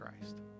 christ